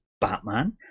Batman